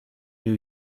new